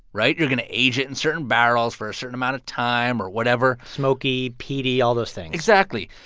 right? you're going to age it in certain barrels for a certain amount of time or whatever smoky, peaty, all those things exactly.